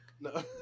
No